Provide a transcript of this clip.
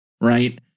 Right